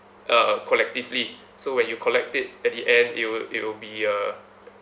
uh collectively so when you collect it at the end it'll it'll be uh